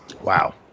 Wow